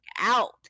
out